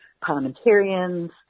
parliamentarians